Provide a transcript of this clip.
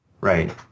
Right